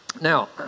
Now